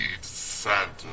Santa